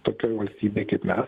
tokioj valstybėj kaip mes